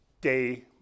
day